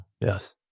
Yes